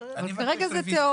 אפשר יהיה --- כרגע זה תיאורטי.